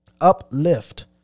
uplift